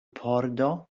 pordo